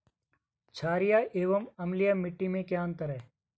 छारीय एवं अम्लीय मिट्टी में क्या अंतर है?